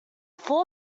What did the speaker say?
four